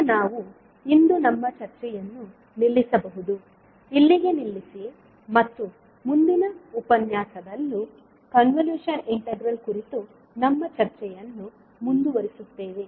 ಈಗ ನಾವು ಇಂದು ನಮ್ಮ ಚರ್ಚೆಯನ್ನು ನಿಲ್ಲಿಸಬಹುದು ಇಲ್ಲಿಗೆ ನಿಲ್ಲಿಸಿ ಮತ್ತು ಮುಂದಿನ ಉಪನ್ಯಾಸದಲ್ಲೂ ಕನ್ವಲೂಶನ್ ಇಂಟಿಗ್ರಲ್ ಕುರಿತು ನಮ್ಮ ಚರ್ಚೆಯನ್ನು ಮುಂದುವರಿಸುತ್ತೇವೆ